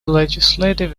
legislative